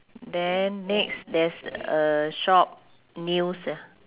then next there's a shop news uh